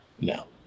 No